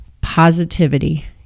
positivity